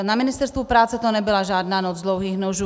Na Ministerstvu práce to nebyla žádná noc dlouhých nožů.